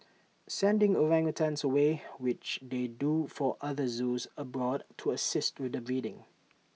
sending orangutans away which they do for other zoos abroad to assist with breeding